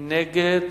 מי נגד?